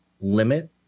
limit